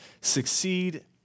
succeed